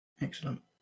Excellent